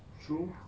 true